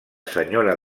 senyora